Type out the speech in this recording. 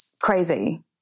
crazy